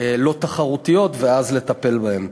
לא-תחרותיות ואז לטפל בהן.